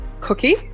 cookie